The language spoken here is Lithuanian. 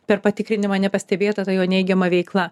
per patikrinimą nepastebėta ta jo neigiama veikla